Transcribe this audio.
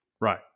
Right